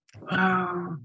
Wow